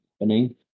happening